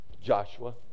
Joshua